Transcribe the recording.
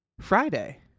Friday